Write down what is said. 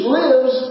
lives